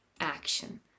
action